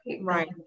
Right